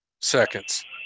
Seconds